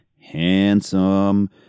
Handsome